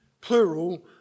plural